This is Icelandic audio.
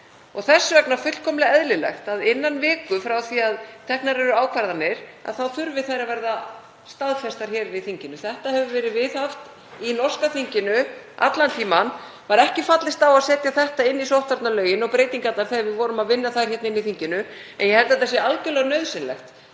Þess vegna er fullkomlega eðlilegt að innan viku frá því að teknar eru ákvarðanir þurfi að staðfesta þær í þinginu. Þetta hefur verið viðhaft í norska þinginu allan tímann. Það var ekki fallist á að setja þetta inn í sóttvarnalögin og breytingarnar á þeim þegar við vorum að vinna þær hérna í þinginu en ég held að þetta sé algerlega nauðsynlegt.